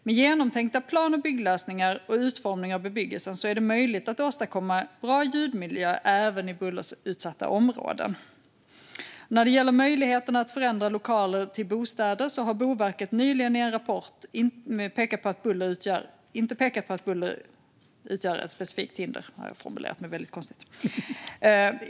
Med genomtänkta plan och bygglösningar och utformningar av bebyggelsen är det möjligt att åstadkomma bra ljudmiljö även i bullerutsatta områden. När det gäller möjligheten att förändra lokaler till bostäder har Boverket nyligen i en rapport inte pekat på att buller utgör ett specifikt hinder - här har jag formulerat mig väldigt konstigt.